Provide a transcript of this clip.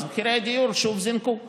ומחירי הדיור זינקו שוב,